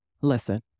Listen